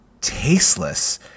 tasteless